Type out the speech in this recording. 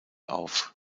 auf